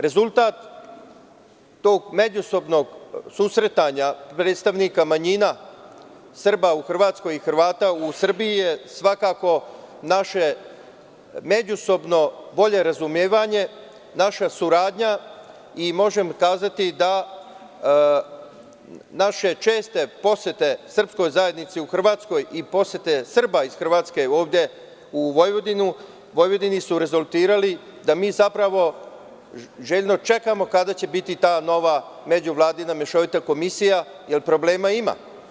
Rezultat tog međusobnog susretanja predstavnika manjina Srba u Hrvatskoj i Hrvata u Srbiji je naše međusobno bolje razumevanje, naša saradnja i mogu reći da naše česte posete Srpskoj zajednici u Hrvatskoj i posete Srba iz Hrvatske ovde u Vojvodini, rezultirali su da mi zapravo željno čekamo kada će biti ta nova Međuvladina mešovita komisija, jer problema ima.